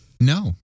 No